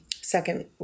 second